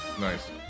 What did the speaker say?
Nice